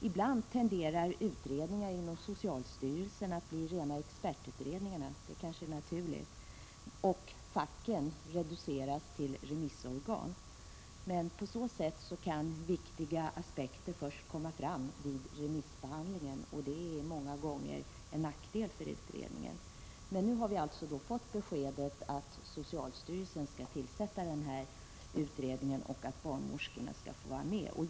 Ibland tenderar utredningar inom socialstyrelsen att bli rena expertutredningar — och det kanske är naturligt — medan facken reduceras till remissorgan. På så sätt kan viktiga aspekter komma fram först vid remissbehandlingen, och det är många gånger en nackdel för utredningen. Nu har vi alltså fått beskedet att socialstyrelsen skall tillsätta denna utredning och att barnmorskorna skall få vara med i den.